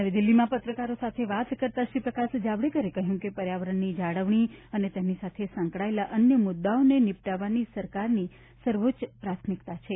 નવી દિલ્હીમાં પત્રકારો સાથે વાત કરતાં પ્રકાશ જાવડેકરે કહ્યું કે પર્યાવરણની જાળવણી અને તેની સાથે સંકળાયેલા અન્ય મુદ્દાઓને નિપટાવવાની સરકારની સર્વોચ્ચ પ્રાથમિકતા છે